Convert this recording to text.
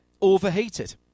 overheated